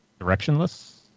directionless